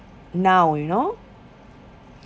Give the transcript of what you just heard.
now you know